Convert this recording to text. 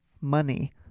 Money